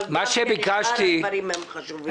אבל גם שאר הדברים חשובים.